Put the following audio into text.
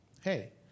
hey